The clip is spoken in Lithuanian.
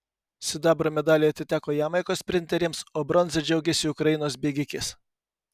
sidabro medaliai atiteko jamaikos sprinterėms o bronza džiaugėsi ukrainos bėgikės